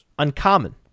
Uncommon